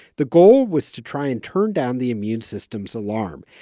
the goal was to try and turn down the immune system's alarm.